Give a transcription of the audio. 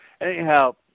Anyhow